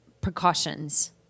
precautions